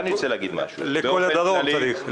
לכל הדרום צריך.